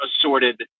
assorted